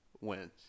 wins